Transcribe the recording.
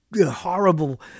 horrible